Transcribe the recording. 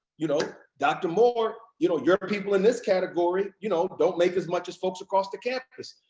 you know dr. moore, you know your people in this category you know don't make as much as folks across the campus.